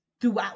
throughout